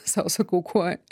sau sakau kuo